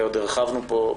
ועוד הרחבנו פה,